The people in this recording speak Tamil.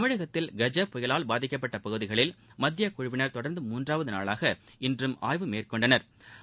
தமிழகத்தில் க ஐ புயலால் பாதிக்கப்பட்ட பகுதிகளில் மத்தியக் குழுவிளர் தொடர்ந்து மூன்றாவது நாளாக இன்றும் ஆய்வு மேற்கொண்டனா்